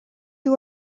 who